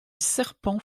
serpent